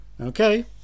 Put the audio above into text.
Okay